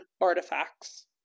artifacts